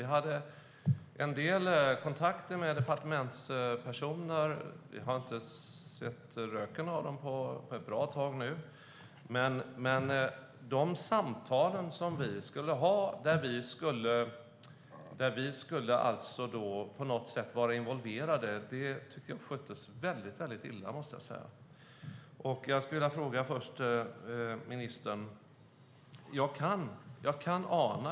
Vi hade en del kontakter med departementspersoner, men vi har inte sett röken av dem på ett bra tag nu. Det som gäller de samtal som vi skulle ha och där vi på något sätt skulle vara involverade sköttes väldigt illa. Jag skulle vilja ställa en fråga till ministern.